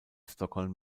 stockholm